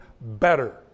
better